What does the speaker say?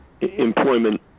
employment